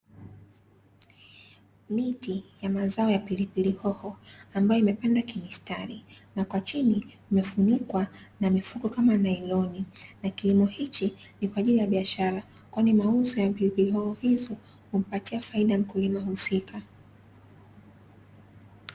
Miti ya mazao ya pilipili hoho ambayo imepandwa kimistari, na kwa chini imefunikwa na mifuko kama nailoni na kilimo hichi ni kwa ajili ya biashara kwani mauzo ya pilipili hoho izo humpatia faida mkulima husika.